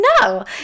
no